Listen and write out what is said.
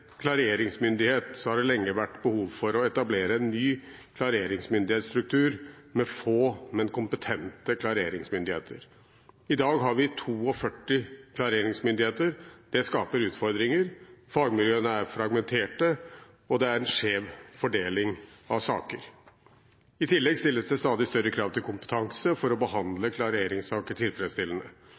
klareringsmyndighet, har det lenge vært behov for å etablere en ny klareringsmyndighetsstruktur med få, men kompetente klareringsmyndigheter. I dag har vi 42 klareringsmyndigheter. Det skaper utfordringer. Fagmiljøene er fragmenterte, og det er en skjev fordeling av saker. I tillegg stilles det stadig større krav til kompetanse for å behandle klareringssaker tilfredsstillende.